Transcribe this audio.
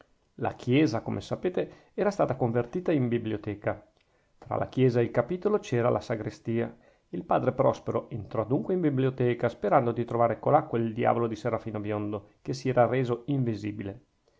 la chiesa come sapete era stata convertita in biblioteca tra la chiesa e il capitolo c'era la sagrestia il padre prospero entrò dunque in biblioteca sperando di trovare colà quel diavolo di serafino biondo che si era reso invisibile